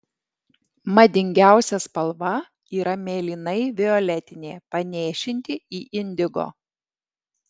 madingiausia spalva yra mėlynai violetinė panėšinti į indigo